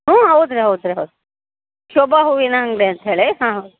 ಹ್ಞೂ ಹೌದು ರೀ ಹೌದು ರೀ ಹೌದು ಶೋಭ ಹೂವಿನ ಅಂಗಡಿ ಅಂತ ಹೇಳಿ ಹಾಂ